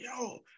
yo